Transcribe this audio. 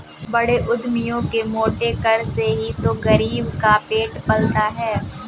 बड़े उद्यमियों के मोटे कर से ही तो गरीब का पेट पलता है